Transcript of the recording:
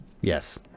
Yes